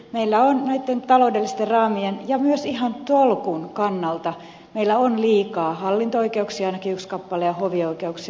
meillä on näitten taloudellisten raamien ja myös ihan tolkun kannalta liikaa hallinto oikeuksia ainakin yksi kappale ja hovioikeuksia